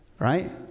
Right